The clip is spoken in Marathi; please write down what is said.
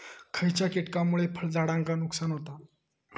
खयच्या किटकांमुळे फळझाडांचा नुकसान होता?